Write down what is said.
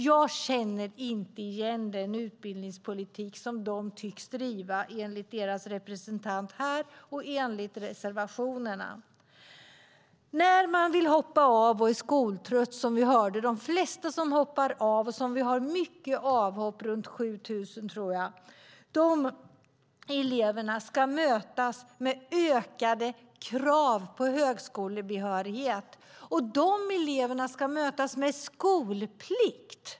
Jag känner inte igen den utbildningspolitik som de tycks driva enligt deras representant här och enligt reservationerna. De elever som vill hoppa av och är skoltrötta - runt 7 000 tror jag att det är - ska mötas med ökade krav på högskolebehörighet och med skolplikt.